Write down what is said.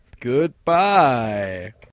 Goodbye